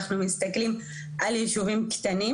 אנחנו מסתכלים על יישובים קטנים